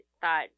thought